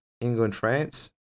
England-France